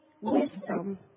wisdom